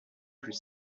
plus